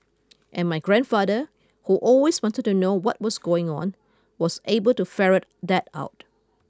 and my grandfather who always wanted to know what was going on was able to ferret that out